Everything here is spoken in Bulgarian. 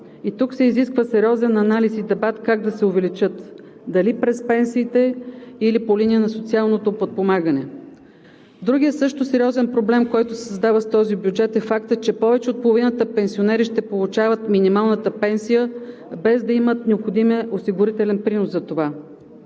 и тук се изисква сериозен анализ и дебат как да се увеличат – дали през пенсиите, или по линия на социалното подпомагане? Другият също сериозен проблем, който се създава с този бюджет, е фактът, че повече от половината пенсионери ще получават минималната пенсия, без да имат необходимия принос за това.